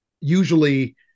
usually